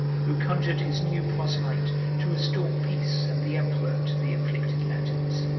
who conjured his new proselyte to restore peace and the emperor to the afflicted latins.